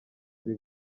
kuri